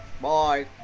Bye